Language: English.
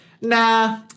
nah